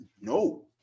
No